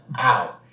ow